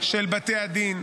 בתי הדין,